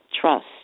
Trust